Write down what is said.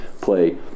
play